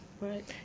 Right